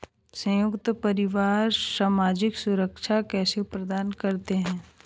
संयुक्त परिवार सामाजिक सुरक्षा कैसे प्रदान करते हैं?